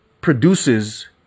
produces